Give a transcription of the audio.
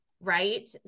right